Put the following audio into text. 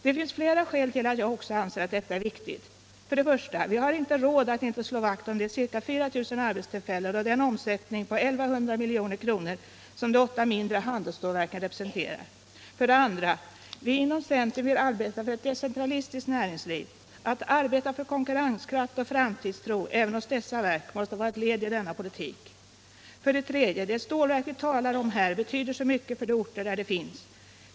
Det finns flera skäl till att jag också anser att detta är viktigt. 1. Vi har inte råd att inte slå vakt om dessa 4 000 arbetstillfällen och den omsättning på 1 100 milj.kr. som de åtta mindre handelsstålverken representerar. 2. Vi inom centern vill arbeta för ett decentralistiskt näringsliv. Att arbeta för konkurrenskraft och framtidstro även hos dessa verk måste vara ett led i denna politik. 3. De stålverk vi här talar om betyder så mycket för de orter där de finns.